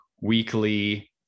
weekly